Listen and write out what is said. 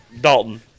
Dalton